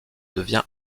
devient